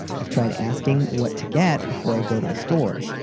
i've tried asking what to get before i go to the store,